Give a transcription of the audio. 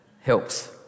helps